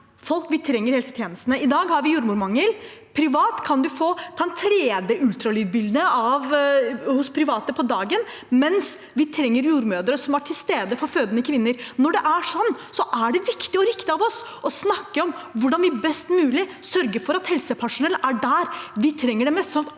vi trenger i helsetjenestene. I dag har vi jordmormangel. Privat kan man få 3D-ultralydbilde hos private på dagen, mens vi trenger jordmødre som er til stede for fødende kvinner. Når det er sånn, er det viktig og riktig av oss å snakke om hvordan vi best mulig sørger for at helsepersonell er der vi trenger dem mest,